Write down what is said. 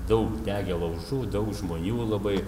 daug degė laužų daug žmonių labai